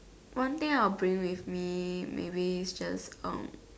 one thing I will bring with me maybe is just um